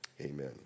amen